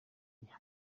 igihe